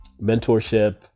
mentorship